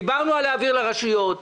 דיברנו על העברה לרשויות המקומיות,